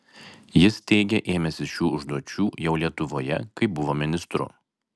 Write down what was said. jis teigė ėmęsis šių užduočių jau lietuvoje kai buvo ministru